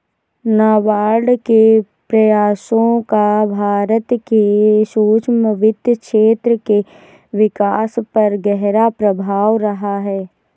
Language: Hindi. नाबार्ड के प्रयासों का भारत के सूक्ष्म वित्त क्षेत्र के विकास पर गहरा प्रभाव रहा है